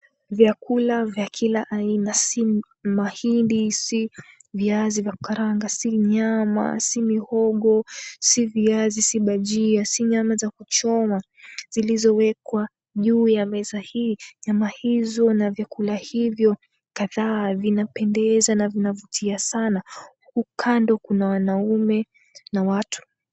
Vyakula vya kila aina, si mahindi, si viazi vya kukaranga, si nyama, si mihogo, si viazi, si bhajia, si nyama za kuchoma zilizowekwa juu ya meza hii. Nyama hizo na vyakula hivyo kadhaa vinapendeza na vinavutia sana, kando kuna wanaume na watu.